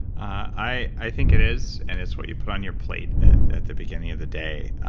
i think it is, and it's what you put on your plate, at at the beginning of the day.